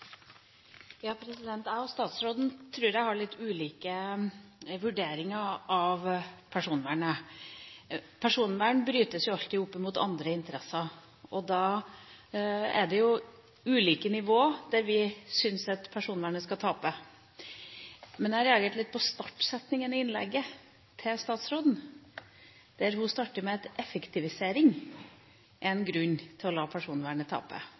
Jeg tror statsråden og jeg har litt ulike vurderinger av personvernet. Personvern brytes jo alltid opp imot andre interesser, og da er det ulike nivå der vi syns at personvernet skal tape. Jeg reagerte litt på startsetningen i innlegget til statsråden: Hun startet med å si at effektivisering er en grunn til å la personvernet tape.